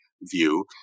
view